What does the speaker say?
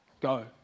Go